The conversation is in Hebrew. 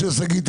משה שגיא,